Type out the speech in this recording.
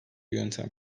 yöntem